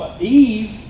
Eve